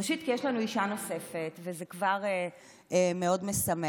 ראשית, כי יש לנו אישה נוספת, וזה כבר מאוד משמח.